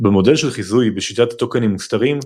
במודל של חיזוי בשיטת טוקנים מוסתרים,